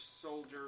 soldier